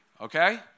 Okay